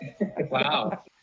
Wow